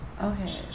Okay